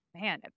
Man